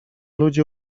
ludzie